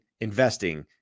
investing